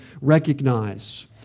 recognize